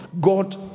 God